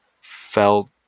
felt